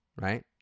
right